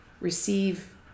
receive